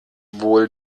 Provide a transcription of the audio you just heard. wohl